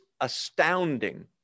astounding